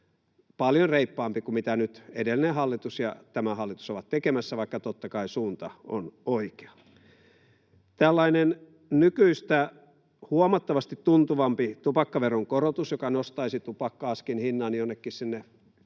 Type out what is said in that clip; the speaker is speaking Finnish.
paljon reippaampi kuin mitä edellinen hallitus teki ja tämä hallitus on nyt tekemässä, vaikka totta kai suunta on oikea. Tällainen nykyistä huomattavasti tuntuvampi tupakkaveron korotus, joka nostaisi tupakka-askin hinnan jonnekin sinne,